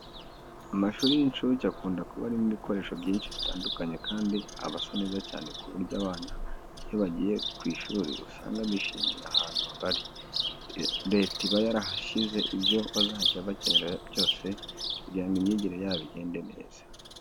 Amashuri y'inshuke akunda kuba arimo ibikoresho byinshi bitandukanye kandi aba asa neza cyane ku buryo abana iyo bagiye ku ishuri usanga bishimiye ahantu bari. Leta iba yarahashyize ibyo bazajya bakenera byose kugira ngo imyigire yabo igende neza.